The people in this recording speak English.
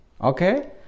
Okay